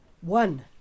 One